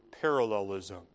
parallelism